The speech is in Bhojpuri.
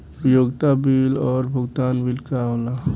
उपयोगिता बिल और भुगतान बिल का होला?